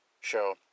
show